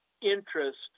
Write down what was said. interest